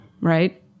right